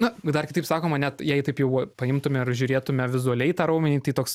na dar kitaip sakoma net jei taip jau paimtume ir žiūrėtume vizualiai tą raumenį tai toks